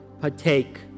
partake